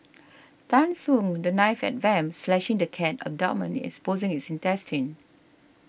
Tan swung the knife at vamp slashing the cat abdominis exposing its intestines